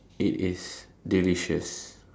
it is delicious